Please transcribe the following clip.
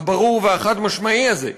הברור והחד-משמעי הזה,